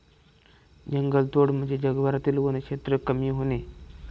जंगलतोड म्हणजे जगभरातील वनक्षेत्र कमी होणे